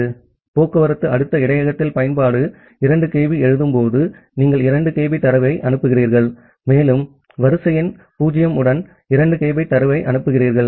transport layer இடையகத்தில் பயன்பாடு 2 kB எழுதும்போது நீங்கள் 2 kB தரவை அனுப்புகிறீர்கள் மேலும் வரிசை எண் 0 உடன் 2 kB தரவை அனுப்புகிறீர்கள்